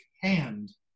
hand